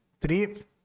Three